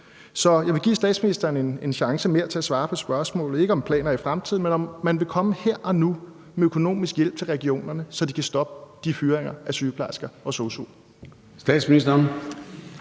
Så jeg vil give statsministeren en chance mere til at svare på spørgsmålet, ikke om planer i fremtiden, men om man her og nu vil komme med økonomisk hjælp til regionerne, så de kan stoppe fyringerne af sygeplejersker og sosu'er.